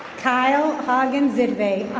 kyle augin zipei,